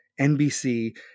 NBC